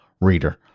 reader